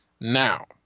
now